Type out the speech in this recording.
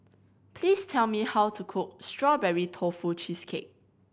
please tell me how to cook Strawberry Tofu Cheesecake